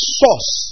source